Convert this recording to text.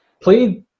Play